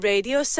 Radio